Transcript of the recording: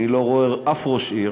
אני לא רואה שום ראש עיר